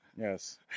Yes